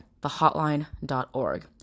thehotline.org